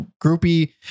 groupie